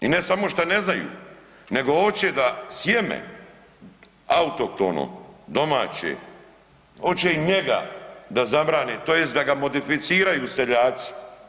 I ne samo šta ne znaju, nego hoće da sjeme autohtono, domaće, hoće i njega da zabrane, tj. da ga modificiraju seljaci.